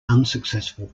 unsuccessful